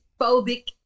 phobic